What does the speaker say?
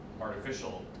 artificial